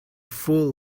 fool